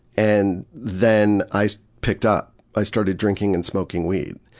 and then i picked up. i started drinking and smoking weed.